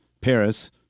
Paris